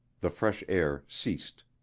the fresh air ceased.